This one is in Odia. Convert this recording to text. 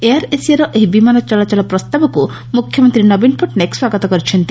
ଏୟାର ଏସିଆର ଏହି ବିମାନ ଚଳାଚଳ ପ୍ରସ୍ଠାବକୁ ମୁଖ୍ୟମନ୍ତୀ ନବୀନ ପଟ୍ଟନାୟକ ସ୍ୱାଗତ କରିଛନ୍ତି